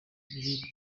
y’ibiribwa